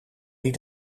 die